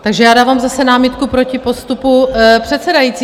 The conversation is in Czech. Takže já dávám zase námitku proti postupu předsedající.